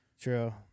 True